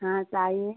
हाँ तो आइए